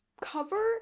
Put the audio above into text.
cover